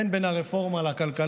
אין כל קשר בין הרפורמה לכלכלה,